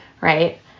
right